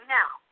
now